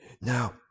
Now